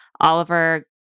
Oliver